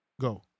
Go